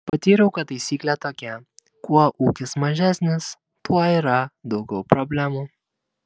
patyriau kad taisyklė tokia kuo ūkis mažesnis tuo yra daugiau problemų